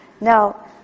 Now